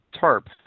TARP